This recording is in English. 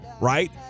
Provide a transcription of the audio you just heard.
Right